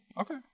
okay